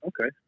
Okay